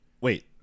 wait